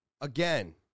Again